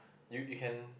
you you can